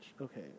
Okay